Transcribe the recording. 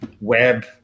web